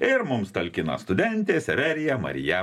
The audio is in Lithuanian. ir mums talkina studentė severija marija